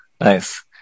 Nice